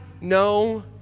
no